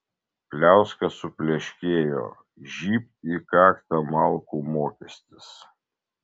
pliauska supleškėjo žybt į kaktą malkų mokestis